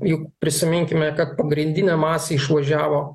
juk prisiminkime kad pagrindinė masė išvažiavo